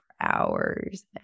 hours